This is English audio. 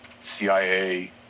CIA